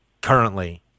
currently